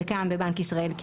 חלקם בבנק ישראל,